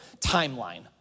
timeline